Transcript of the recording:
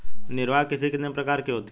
निर्वाह कृषि कितने प्रकार की होती हैं?